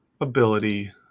ability